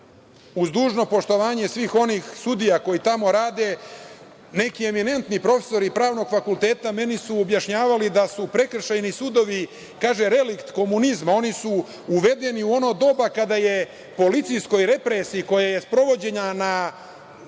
uz dužno poštovanje svih onih sudija koji tamo rade. Neki eminentni profesori Pravnog fakulteta meni su objašnjavali da su prekršajni sudovi, kaže – relikt komunizma. Oni su uvedeni u ono doba kada je policijskoj represiji koja je sprovođena na